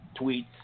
tweets